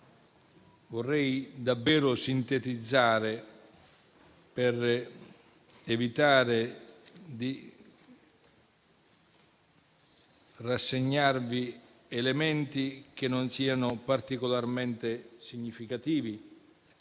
Vorrei davvero sintetizzare, per evitare di rassegnarvi elementi che non siano particolarmente significativi